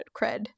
cred